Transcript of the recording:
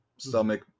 stomach